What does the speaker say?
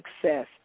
success